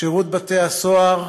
שירות בתי-הסוהר,